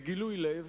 בגילוי לב